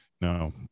no